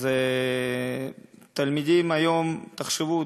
אז תלמידים היום, תחשבו,